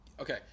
okay